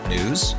News